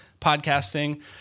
podcasting